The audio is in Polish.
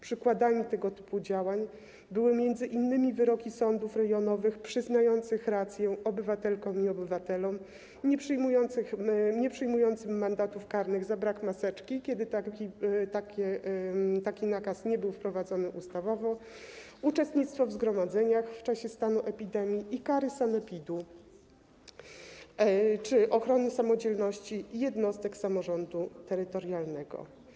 Przykładami tego typu działań były m.in. wyroki sądów rejonowych przyznające rację obywatelkom i obywatelom nieprzyjmującym mandatów karnych za brak maseczki, kiedy taki nakaz nie był wprowadzony ustawowo, uczestnictwo w zgromadzeniach w czasie stanu epidemii i kary sanepidu czy dotyczące ochrony samodzielności jednostek samorządu terytorialnego.